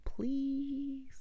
please